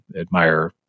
admire